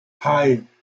hei